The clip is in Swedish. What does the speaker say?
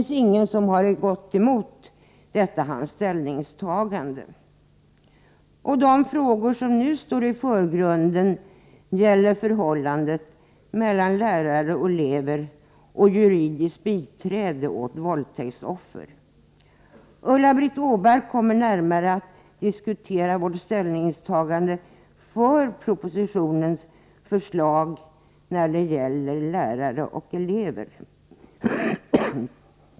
Ingen har gått emot detta hans ställningstagande. De frågor som nu står i förgrunden gäller förhållandet mellan lärare och elever samt juridiskt biträde åt våldtäktsoffer. Ulla-Britt Åbark kommer närmare att diskutera vårt ställningstagande för propositionens förslag när det gäller lärare och elever.